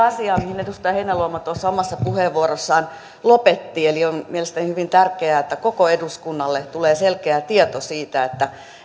asiaa mihin edustaja heinäluoma tuossa omassa puheenvuorossaan lopetti eli on mielestäni hyvin tärkeää että koko eduskunnalle tulee selkeä tieto siitä